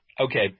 Okay